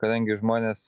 kadangi žmonės